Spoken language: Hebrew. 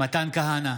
מתן כהנא,